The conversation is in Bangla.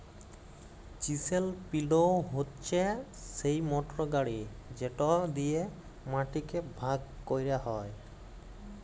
চিসেল পিলও হছে সেই মটর গাড়ি যেট দিঁয়ে মাটিকে ভাগ ক্যরা হ্যয়